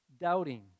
Doubting